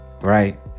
Right